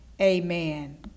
amen